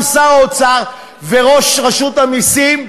גם שר האוצר וראש רשות המסים,